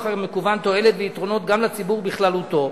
המקוון תועלת ויתרונות גם לציבור בכללותו,